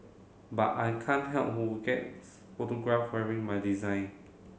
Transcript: but I can't help who gets photographed wearing my design